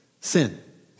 sin